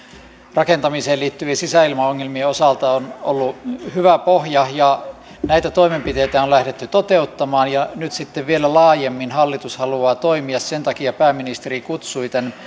rakentamiseen liittyvien sisäilmaongelmien osalta on ollut hyvä pohja näitä toimenpiteitä on lähdetty toteuttamaan ja nyt sitten vielä laajemmin hallitus haluaa toimia sen takia pääministeri kutsui koolle tämän